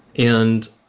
and,